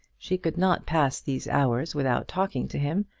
she could not pass these hours without talking to him,